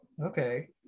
okay